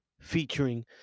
featuring